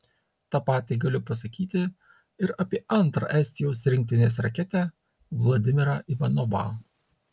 tą patį galiu pasakyti ir apie antrą estijos rinktinės raketę vladimirą ivanovą